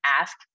ask